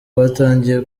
batangiye